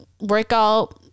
workout